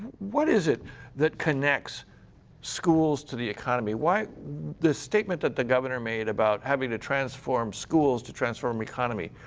what is it that connects schools to the economy? why the statement that the governor made about having to transform schools to transform economy,